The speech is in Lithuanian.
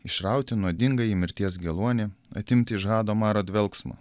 išrauti nuodingąjį mirties geluonį atimti iš hado maro dvelksmą